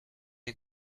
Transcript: you